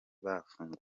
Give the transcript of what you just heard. bafunguwe